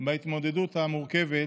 בהתמודדות המורכבת